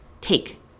take